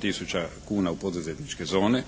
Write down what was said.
tisuća kuna u poduzetničke zone